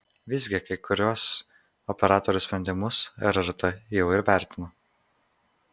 visgi kai kuriuos operatorių sprendimus rrt jau įvertino